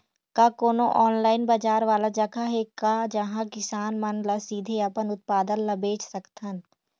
का कोनो ऑनलाइन बाजार वाला जगह हे का जहां किसान मन ल सीधे अपन उत्पाद ल बेच सकथन?